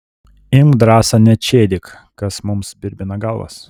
imk drąsa nečėdyk kas mums birbina galvas